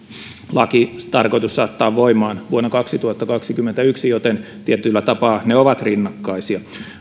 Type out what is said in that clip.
laki on tarkoitus saattaa voimaan vuonna kaksituhattakaksikymmentäyksi joten tietyllä tapaa ne ovat rinnakkaisia